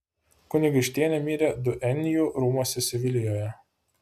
kunigaikštienė mirė duenjų rūmuose sevilijoje